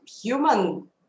human